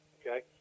Okay